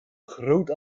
groot